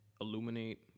illuminate